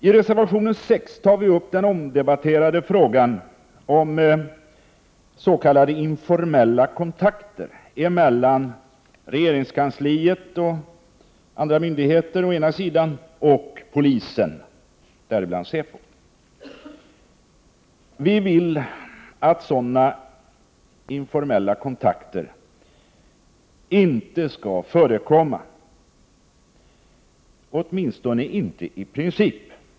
I reservation 6 tar vi upp den omdebatterade frågan om s.k. informella kontakter mellan å ena sidan regeringskansliet och andra myndigheter och å andra sidan polisen, däribland säpo. Vi vill att sådana informella kontakter inte skall förekomma, åtminstone inte i princip.